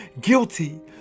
Guilty